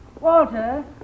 Walter